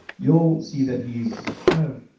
you'll see that he's kind of,